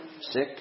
sick